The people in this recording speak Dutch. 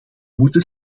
moeten